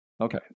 okay